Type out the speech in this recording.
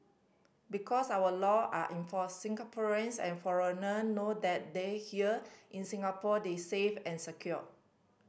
because our law are enforced Singaporeans and foreigner know that they here in Singapore they safe and secure